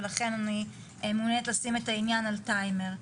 ולכן אני מעוניינת לשים את העניין על טיימר.